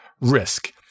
risk